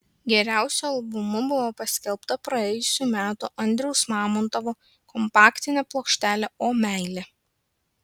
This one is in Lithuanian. geriausiu albumu buvo paskelbta praėjusių metų andriaus mamontovo kompaktinė plokštelė o meile